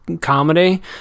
comedy